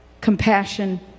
compassion